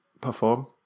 perform